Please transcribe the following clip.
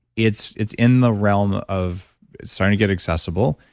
it's it's in the realm of starting to get accessible,